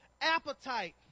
appetite